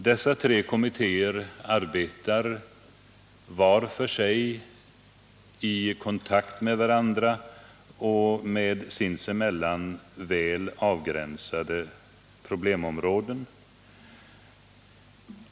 Dessa tre kommittéer arbetar var för sig och i kontakt med varandra samt med sinsemellan avgränsade problemområden.